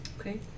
Okay